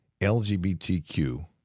LGBTQ